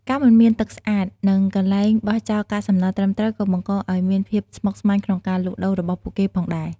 ការមិនមានទឹកស្អាត និងកន្លែងបោះចោលកាកសំណល់ត្រឹមត្រូវក៏បង្កឱ្យមានមានភាពស្មុគស្មាញក្នុងការលក់ដូររបស់ពួកគេផងដែរ។